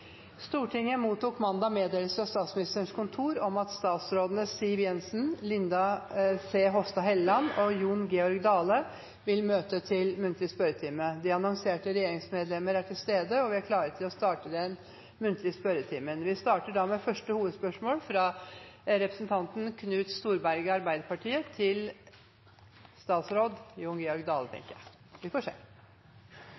Stortinget mottok mandag meddelelse fra Statsministerens kontor om at statsrådene Siv Jensen, Linda C. Hofstad Helleland og Jon Georg Dale vil møte til muntlig spørretime. De annonserte regjeringsmedlemmer er til stede, og vi er klare til å starte den muntlige spørretimen. Vi starter da med første hovedspørsmål, som er fra representanten Knut Storberget til statsråd Jon Georg Dale,